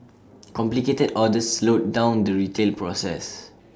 complicated orders slowed down the retail process